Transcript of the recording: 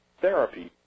therapy